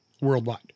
worldwide